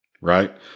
right